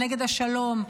נגד השלום,